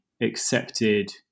accepted